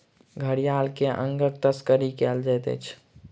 घड़ियाल के अंगक तस्करी कयल जाइत अछि